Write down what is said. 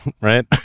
right